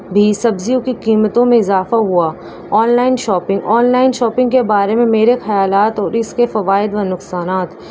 بھی سبزیوں کی قیمتوں میں اضافہ ہوا online shopping online shopping کے بارے میں میرے خیالات اور اس کے فوائد و نقصانات